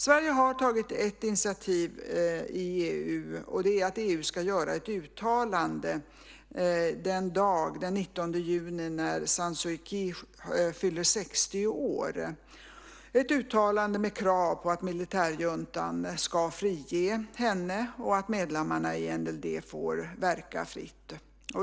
Sverige har tagit ett initiativ i EU, nämligen att EU ska göra ett uttalande den 19 juni när San Suu Kyi fyller 60 år. Det ska vara ett uttalande med krav på att militärjuntan ska frige henne och att medlemmarna i NLD får verka fritt.